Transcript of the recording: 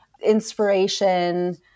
inspiration